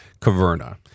caverna